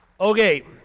Okay